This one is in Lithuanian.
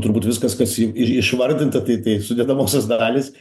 turbūt viskas kas i ir išvardinta tai tai sudedamosios dalys